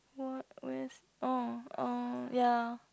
what where's oh oh ya